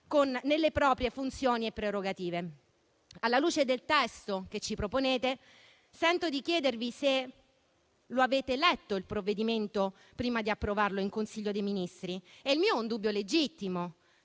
nelle proprie funzioni e prerogative. Alla luce del testo che ci proponete, sento di chiedervi se avete letto il provvedimento prima di approvarlo in Consiglio dei ministri. Il mio è un dubbio legittimo.